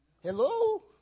Hello